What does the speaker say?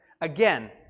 Again